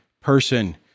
person